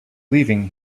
leaving